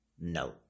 no